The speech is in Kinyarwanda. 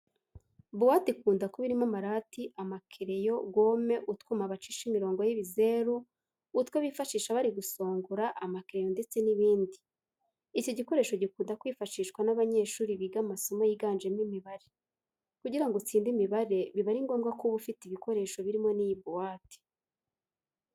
Buwate ikunda kuba irimo amarati, amakereyo, gome, utwuma bacisha imirongo y'ibizeru, utwo bifashisha bari gusongora amakereyo ndetse n'ibindi. Iki gikoresho gikunda kwifashishwa n'abanyeshuri biga amasomo yiganjemo imibare. Kugira ngo utsinde imibare biba ari ngombwa ko uba ufite ibikoresho birimo n'iyi buwate.